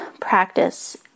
practice